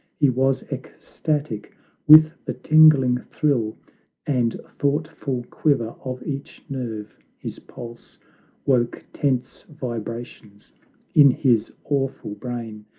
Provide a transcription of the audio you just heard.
he was ecstatic with the tingling thrill and thoughtful quiver of each nerve his pulse woke tense vibrations in his awful brain,